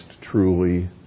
truly